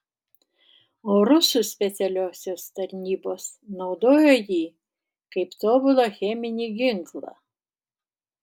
o rusų specialiosios tarnybos naudojo jį kaip tobulą cheminį ginklą